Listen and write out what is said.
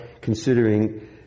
considering